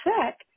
check